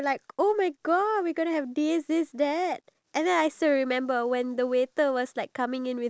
iya I felt sad that we didn't finish it this time I want it to be finished